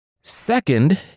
Second